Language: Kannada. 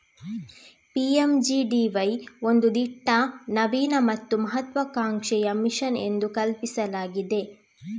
ಪಿ.ಎಮ್.ಜಿ.ಡಿ.ವೈ ಒಂದು ದಿಟ್ಟ, ನವೀನ ಮತ್ತು ಮಹತ್ವಾಕಾಂಕ್ಷೆಯ ಮಿಷನ್ ಎಂದು ಕಲ್ಪಿಸಲಾಗಿದೆ